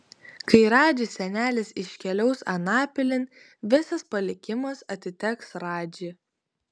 kai radži senelis iškeliaus anapilin visas palikimas atiteks radži